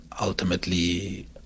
ultimately